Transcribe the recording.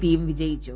പിയും വിജയിച്ചു